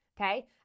okay